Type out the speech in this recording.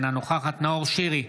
אינה נוכחת נאור שירי,